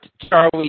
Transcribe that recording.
Charlie